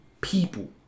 people